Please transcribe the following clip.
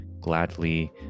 gladly